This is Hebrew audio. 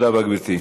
תודה רבה, גברתי.